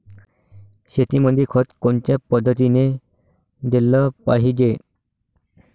शेतीमंदी खत कोनच्या पद्धतीने देलं पाहिजे?